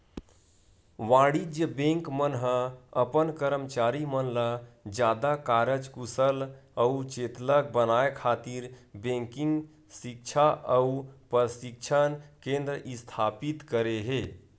वाणिज्य बेंक मन ह अपन करमचारी मन ल जादा कारज कुसल अउ चेतलग बनाए खातिर बेंकिग सिक्छा अउ परसिक्छन केंद्र इस्थापित करे हे